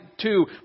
two